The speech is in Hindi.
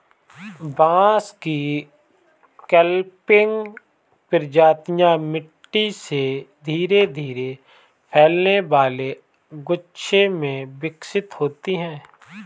बांस की क्लंपिंग प्रजातियां मिट्टी से धीरे धीरे फैलने वाले गुच्छे में विकसित होती हैं